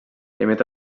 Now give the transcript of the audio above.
emet